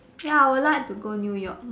ya I would like to go New-York